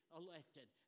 elected